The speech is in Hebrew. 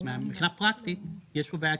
מהבחינה הפרקטית יש פה בעיה,